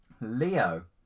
Leo